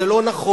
זה לא נכון,